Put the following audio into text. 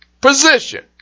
position